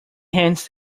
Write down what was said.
hands